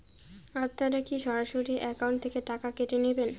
আপনারা কী সরাসরি একাউন্ট থেকে টাকা কেটে নেবেন?